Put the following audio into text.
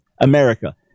America